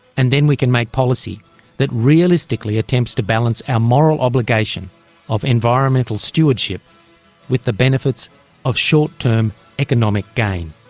and then we can make policy that realistically attempts to balance our moral obligation of environmental stewardship with the benefits of short term economic gain.